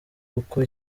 uko